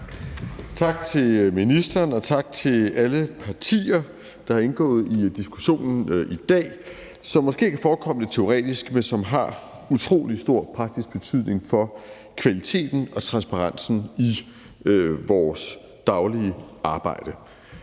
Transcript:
Tak til ministeren, og tak til alle partier, der har indgået i diskussionen i dag, som måske kan forekomme lidt teoretisk, men som har utrolig stor praktisk betydning for kvaliteten og transparensen i vores daglige arbejde.